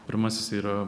pirmasis yra